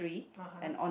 ah !huh!